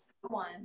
one